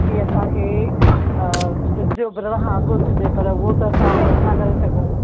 की असांखे सिजु उभरनि खां अॻु उथिजे पर उहो त असां हाणे नथा करे सघूं